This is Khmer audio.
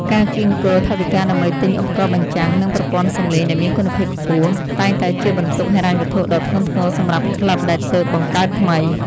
ការកៀងគរថវិកាដើម្បីទិញឧបករណ៍បញ្ចាំង និងប្រព័ន្ធសំឡេងដែលមានគុណភាពខ្ពស់ តែងតែជាបន្ទុកហិរញ្ញវត្ថុដ៏ធ្ងន់ធ្ងរសម្រាប់ក្លឹបដែលទើបបង្កើតថ្មី។